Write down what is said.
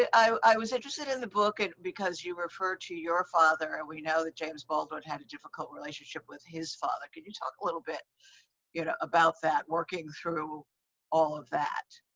i was interested in the book and because you refer to your father and we know that james baldwin had a difficult relationship with his father. can you talk a little bit ah about that, working through all of that?